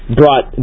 brought